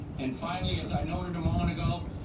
and finally as i noted a moment ago,